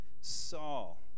Saul